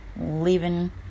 leaving